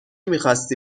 میخواستی